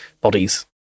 bodies